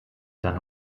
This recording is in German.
dann